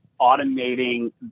automating